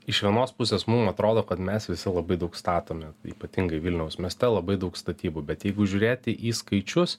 iš vienos pusės mum atrodo kad mes visi labai daug statome ypatingai vilniaus mieste labai daug statybų bet jeigu žiūrėti į skaičius